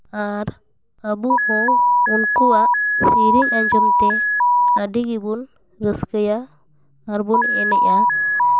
ᱟᱨ ᱟᱵᱚ ᱦᱚᱸ ᱩᱱᱠᱩᱣᱟᱜ ᱥᱮᱨᱮᱧ ᱟᱸᱡᱚᱢ ᱛᱮ ᱟᱹᱰᱤ ᱜᱮᱵᱚᱱ ᱨᱟᱹᱥᱠᱟᱹᱭᱟ ᱟᱨᱵᱚᱱ ᱮᱱᱮᱡᱼᱟ